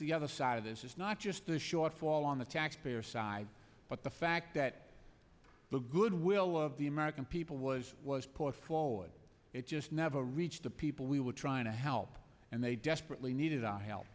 the other side of this is not just the shortfall on the taxpayer side but the fact that the goodwill of the american people was was put forward it just never reached the people we were trying to help and they desperately needed our help